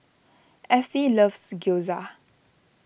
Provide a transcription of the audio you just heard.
Ethie loves Gyoza